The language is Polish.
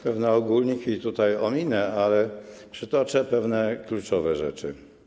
Pewne ogólniki ominę, ale przytoczę pewne kluczowe rzeczy.